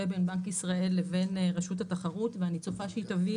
בין בנק ישראל לבין רשות התחרות ואני צופה שהיא תביא